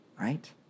right